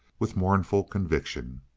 with mournful conviction.